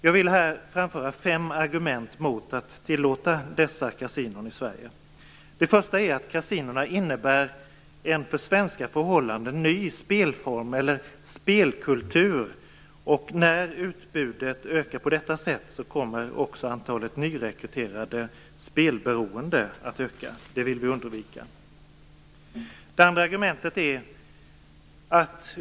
Jag vill här framföra fem argument mot att tillåta dessa kasinon i Sverige: Kasinon innebär en för svenska förhållanden ny spelform, eller spelkultur, och när utbudet ökar på detta sätt kommer också antalet nyrekryterade spelberoende att öka. Det vill vi undvika.